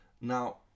Now